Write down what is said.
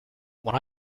when